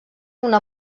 una